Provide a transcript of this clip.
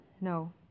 No